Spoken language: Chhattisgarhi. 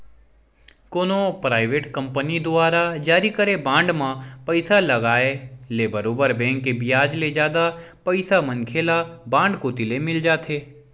कोनो पराइबेट कंपनी दुवारा जारी करे बांड म पइसा लगाय ले बरोबर बेंक के बियाज ले जादा पइसा मनखे ल बांड कोती ले मिल जाथे